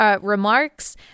remarks